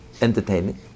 entertaining